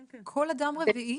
וואו, כל אדם רביעי?